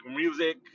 music